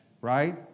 right